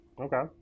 Okay